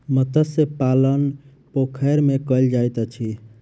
मत्स्य पालन पोखैर में कायल जाइत अछि